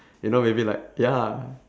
you know maybe like ya